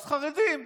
חרדים.